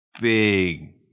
big